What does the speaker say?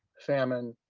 famine,